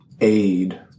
aid